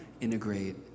integrate